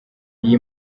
iyi